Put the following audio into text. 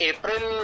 April